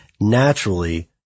naturally